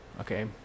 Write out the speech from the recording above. okay